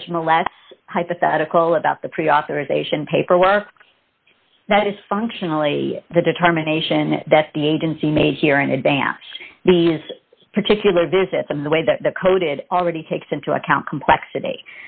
judge millette hypothetical about the pre authorization paperwork that is functionally the determination that the agency made here in advance of the particular visits and the way that the coded already takes into account complexity